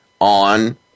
on